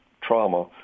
trauma